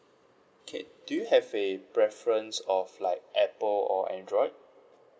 okay do you have a preference of like apple or android